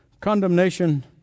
condemnation